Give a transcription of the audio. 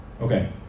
Okay